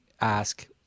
ask